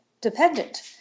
dependent